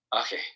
okay